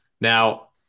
Now